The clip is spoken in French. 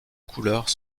couleurs